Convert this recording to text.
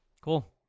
Cool